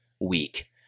week